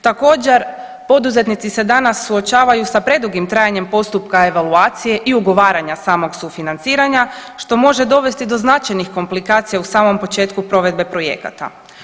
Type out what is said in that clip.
Također poduzetnici se danas suočavaju sa predugim trajanjem postupka evaluacije i ugovaranja samog sufinanciranja što može dovesti do značajnih komplikacija u samom početku provedbe projekata.